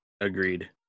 Agreed